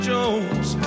Jones